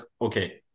okay